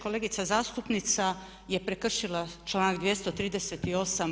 Kolegica zastupnica je prekršila članak 238.